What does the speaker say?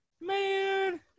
Man